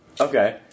Okay